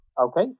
Okay